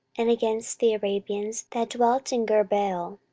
and against the arabians that dwelt in gurbaal,